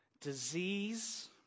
disease